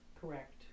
Correct